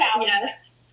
Yes